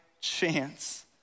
chance